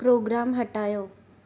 programme हटायो